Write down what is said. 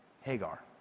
hagar